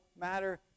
matter